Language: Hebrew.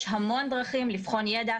יש המון דרכים לבחון ידע.